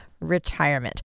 retirement